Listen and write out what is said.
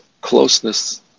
closeness